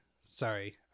Sorry